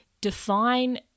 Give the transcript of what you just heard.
define